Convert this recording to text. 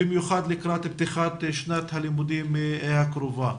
במיוחד לקראת פתיחת שנת הלימודים הקרובה.